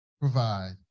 provide